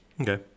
Okay